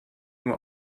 nur